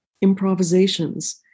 improvisations